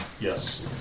Yes